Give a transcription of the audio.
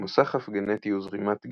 כמו סחף גנטי וזרימת גנים,